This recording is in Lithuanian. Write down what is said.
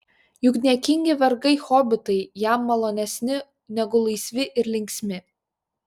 juk niekingi vergai hobitai jam malonesni negu laisvi ir linksmi